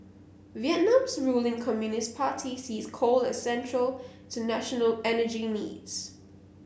Vietnam's ruling Communist Party sees coal as central to national energy needs